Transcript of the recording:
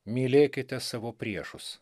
mylėkite savo priešus